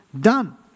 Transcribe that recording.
done